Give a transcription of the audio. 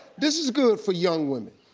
this is good for young women.